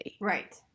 Right